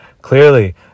Clearly